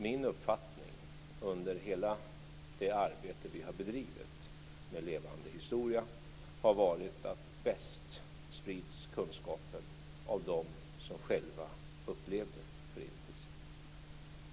Min uppfattning under hela det arbete vi har bedrivit med Levande historia har varit att kunskapen sprids bäst av dem som själva upplevde Förintelsen.